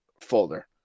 folder